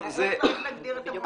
לכן צריך להגדיר את המונח הזה.